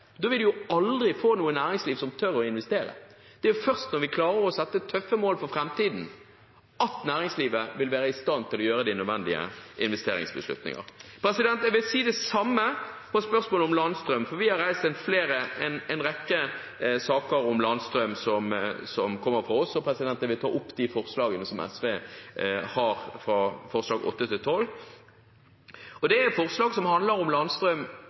da vil en aldri få noe næringsliv som tør å investere. Det er først når vi klarer å sette tøffe mål for framtiden, at næringslivet vil være i stand til å fatte de nødvendige investeringsbeslutninger. Jeg vil si det samme på spørsmålet om landstrøm, for vi har reist en rekke saker om landstrøm, og jeg vil ta opp de forslagene som SV har, forslagene nr. 8–12. Det er forslag som handler om landstrøm,